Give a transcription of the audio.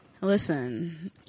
Listen